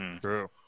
True